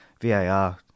VAR